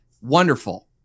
wonderful